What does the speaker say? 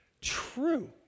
True